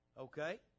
Okay